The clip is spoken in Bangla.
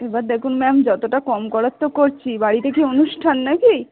এবার দেখুন ম্যাম যতটা কম করার তো করছি বাড়িতে কি অনুষ্ঠান না কি